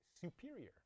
Superior